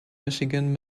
michigan